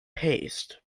paste